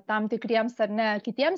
tam tikriems ar ne kitiems